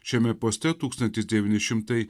šiame poste tūkstantis devyni šimtai